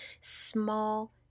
small